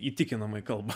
įtikinamai kalba